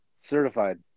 Certified